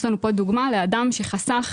יש לנו פה דוגמה לאדם שחסך.